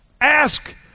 ask